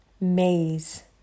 maze